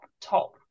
top